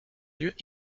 lieues